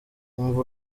umva